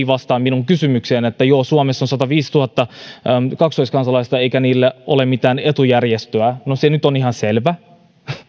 vastaa minun kysymykseeni että joo suomessa on sataviisituhatta kaksoiskansalaista eikä heillä ole mitään etujärjestöä no se nyt on ihan selvä